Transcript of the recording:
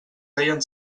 deien